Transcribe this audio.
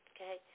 okay